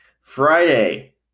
Friday